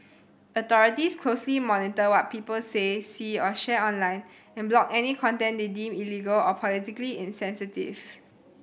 authorities closely monitor what people say see or share online and block any content they deem illegal or politically sensitive